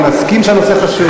אני מסכים שהנושא חשוב.